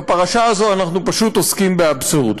בפרשה הזאת אנחנו פשוט עוסקים באבסורד.